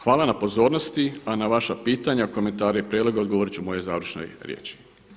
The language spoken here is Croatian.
Hvala na pozornosti, a na vaša pitanja, komentare i prijedloge odgovorit ću mojoj završnoj riječi.